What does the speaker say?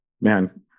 man